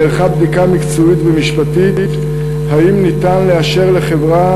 נערכה בדיקה מקצועית ומשפטית אם ניתן לאשר לחברה